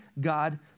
God